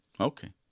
Okay